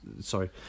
sorry